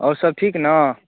आओर सब ठीक ने